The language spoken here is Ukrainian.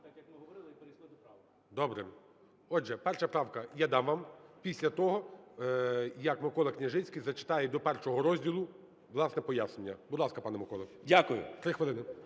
так як ми говорили, і перейшли до правок? ГОЛОВУЮЧИЙ. Добре. Отже, 1 правка. Я дам вам після того, як МиколаКняжицький зачитає до першого розділу власне пояснення. Будь ласка, пане Миколо, 3 хвилини.